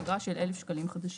אגרה של 1,000 שקלים חדשים.